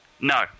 No